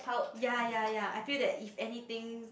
yea yea yea I feel that if anythings